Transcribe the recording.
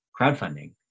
crowdfunding